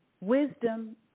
wisdom